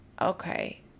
okay